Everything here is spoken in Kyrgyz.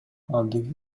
алдынча